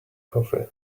coffee